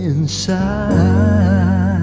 Inside